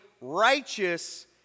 righteous